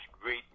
great